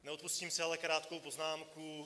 Neodpustím si ale krátkou poznámku.